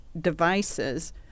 devices